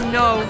no